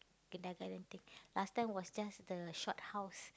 kindergaten thing last time was just the shophouse